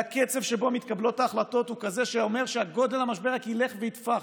והקצב שבו מתקבלות ההחלטות הוא כזה שאומר שהמשבר רק ילך ויתפח,